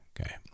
Okay